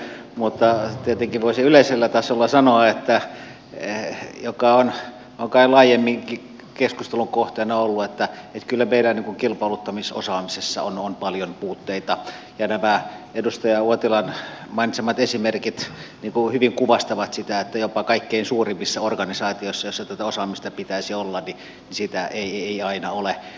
mutta tietenkin voisin sanoa yleisellä tasolla joka on kai laajemminkin keskustelun kohteena ollut että kyllä meidän kilpailuttamisosaamisessa on paljon puutteita ja nämä edustaja uotilan mainitsemat esimerkit hyvin kuvastavat sitä että jopa kaikkein suurimmissa organisaatioissa joissa tätä osaamista pitäisi olla sitä ei aina ole